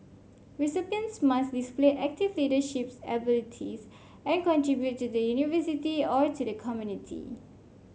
recipients must display active leaderships abilities and contribute to the University or to the community